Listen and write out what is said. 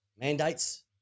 mandates